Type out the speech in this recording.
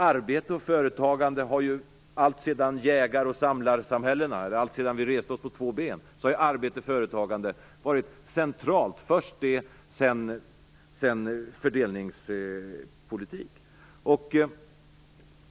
Arbete och företagande har ju alltsedan jägar och samlarsamhällena, alltsedan vi reste oss på två ben, varit centralt - först det, sedan fördelningspolitik.